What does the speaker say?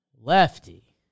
Lefty